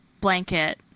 blanket